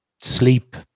sleep